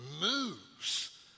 moves